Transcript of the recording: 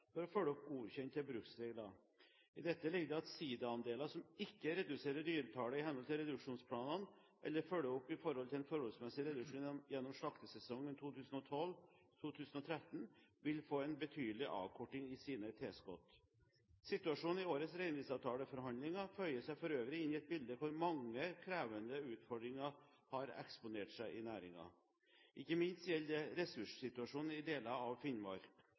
for å følge opp godkjente bruksregler. I dette ligger det at sidaandeler som ikke reduserer dyretallet i henhold til reduksjonsplanene, eller følger opp i forhold til en forholdsmessig reduksjon gjennom slaktesesongen 2012/2013, vil få en betydelig avkorting i sine tilskudd. Situasjonen i årets reindriftsavtaleforhandlinger føyer seg for øvrig inn i et bilde hvor mange krevende utfordringer har eksponert seg i næringen. Ikke minst gjelder dette ressurssituasjonen i deler av Finnmark.